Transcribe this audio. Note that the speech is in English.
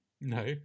No